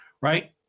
right